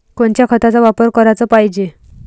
कोनच्या खताचा वापर कराच पायजे?